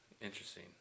Interesting